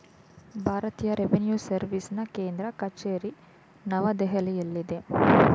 ಭಾರತೀಯ ರೆವಿನ್ಯೂ ಸರ್ವಿಸ್ನ ಕೇಂದ್ರ ಕಚೇರಿ ನವದೆಹಲಿಯಲ್ಲಿದೆ